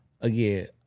again